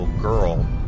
girl